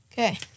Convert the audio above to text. Okay